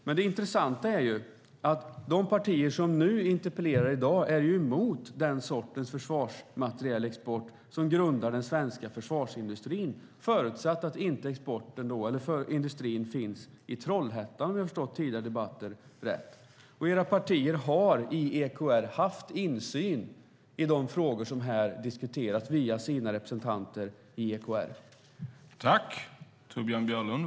Men det intressanta är att de partier som i dag interpellerar är emot den sortens försvarsmaterielexport som grundar den svenska försvarsindustrin, förutsatt att industrin inte finns i Trollhättan, om jag har förstått tidigare debatter rätt. Era partier har i EKR via sina representanter haft insyn i de frågor som här diskuteras.